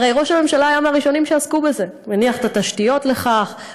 הרי ראש הממשלה היה מהראשונים שעסקו בזה: הניח את התשתיות לכך,